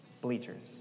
bleachers